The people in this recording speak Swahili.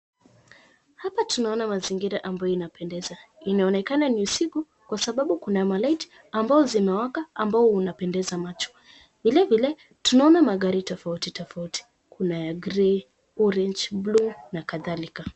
Hapa tunaona mazingira ambayo inapendeza. Inaonekana ni usiku kwa sababu kuna na ma light ambao zimewaka ambao unapendeza macho. Vilevile tunaona magari tofauti tofauti. Kuna ya grey, orange, blue[c] na kadhalika.